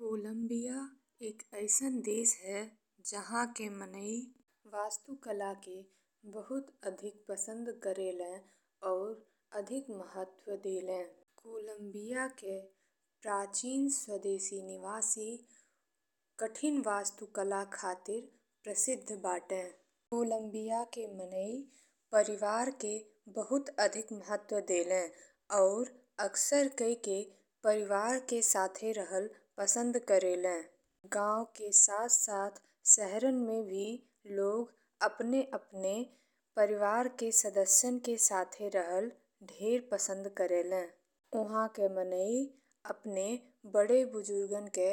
Colombia एक अइसन देश ह जेहाँ के मनई वास्तुकला के बहुत अधिक पसंद करेले अउरी अधिक महत्व देले। कोलंबिया के प्राचीन स्वदेशी निवासी कठिन वास्तुकला के खातिर प्रसिद्ध बा। कोलंबिया के मनई परिवार के बहुत अधिक महत्व देले अउरी अक्सर कई के परिवार के साथे रहल पसंद करेले। गांव के साथ-साथ शहरन में भी लोग अपने अपने परिवार के सदस्यन के साथे रहल ढेर पसंद करेले। ओहाँ के मनई अपने बड़े बुजुर्गन के